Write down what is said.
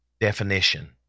definition